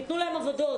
ניתנו להם עבודות,